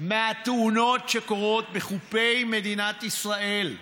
מהתאונות שקורות בחופי מדינת ישראל,